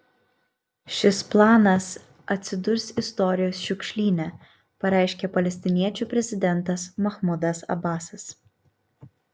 šis planas atsidurs istorijos šiukšlyne pareiškė palestiniečių prezidentas mahmudas abasas